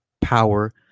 power